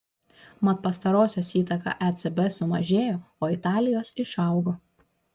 mat pastarosios įtaka ecb sumažėjo o italijos išaugo